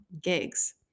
gigs